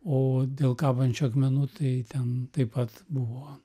o dėl kabančių akmenų tai ten taip pat buvo